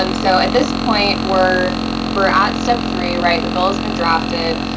um so at this point, we're we're at step three, right? the bill has been drafted,